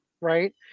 right